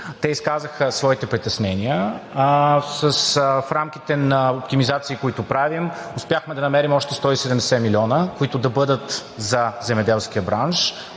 Те изказаха своите притеснения. В рамките на оптимизации, които правим, успяхме да намерим още 170 милиона, които да бъдат за земеделския бранш